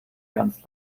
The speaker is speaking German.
ganz